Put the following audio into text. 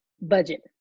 Budget